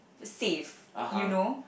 safe you know